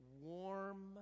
warm